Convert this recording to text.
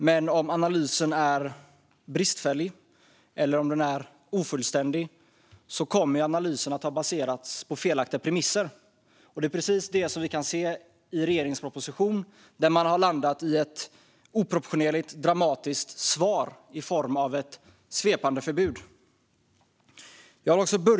Men om analysen är bristfällig eller ofullständig kommer den att ha baserats på felaktiga premisser. Det är precis det vi kan se i regeringens proposition, där man har landat i ett oproportionerligt dramatiskt svar i form av ett svepande förbud.